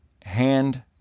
hand